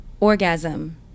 Orgasm